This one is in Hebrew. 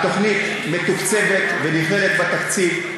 התוכנית מתוקצבת ונכללת בתקציב.